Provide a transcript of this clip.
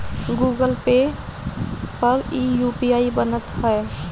Google pay पर इ UPI बनत हअ